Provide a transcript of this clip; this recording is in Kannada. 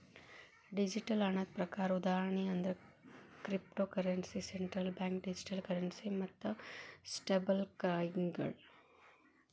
ಡಿಜಿಟಲ್ ಹಣದ ಪ್ರಕಾರ ಉದಾಹರಣಿ ಅಂದ್ರ cryptocurrency, central bank digital currency ಮತ್ತ ಸ್ಟೇಬಲ್ಕಾಯಿನ್ಗಳ